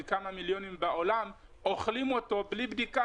כמה מיליונים בעולם אוכלים אותו בלי בדיקה,